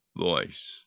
voice